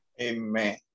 Amen